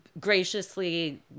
graciously